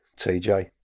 TJ